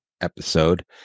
episode